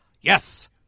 Yes